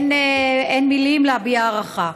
אין מילים להביע הערכה.